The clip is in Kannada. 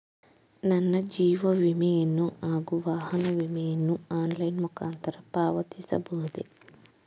ನನ್ನ ಜೀವ ವಿಮೆಯನ್ನು ಹಾಗೂ ವಾಹನ ವಿಮೆಯನ್ನು ಆನ್ಲೈನ್ ಮುಖಾಂತರ ಪಾವತಿಸಬಹುದೇ?